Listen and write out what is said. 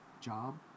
job